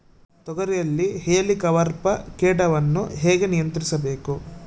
ತೋಗರಿಯಲ್ಲಿ ಹೇಲಿಕವರ್ಪ ಕೇಟವನ್ನು ಹೇಗೆ ನಿಯಂತ್ರಿಸಬೇಕು?